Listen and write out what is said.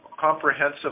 comprehensive